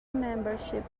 membership